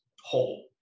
whole